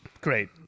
Great